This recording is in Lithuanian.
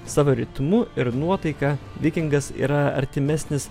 savo ritmu ir nuotaika vikingas yra artimesnis